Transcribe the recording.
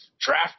draft